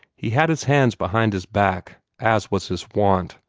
he had his hands behind his back, as was his wont,